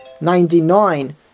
ninety-nine